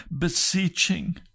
beseeching